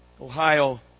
Ohio